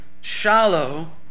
shallow